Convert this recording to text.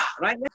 right